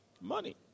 Money